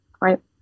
Right